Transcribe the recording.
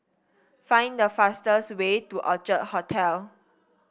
find the fastest way to Orchard Hotel